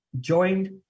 joined